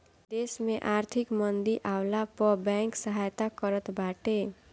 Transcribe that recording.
देस में आर्थिक मंदी आवला पअ बैंक सहायता करत बाटे